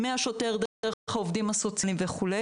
מהשוטר דרך העובדים הסוציאליים וכו',